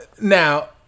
now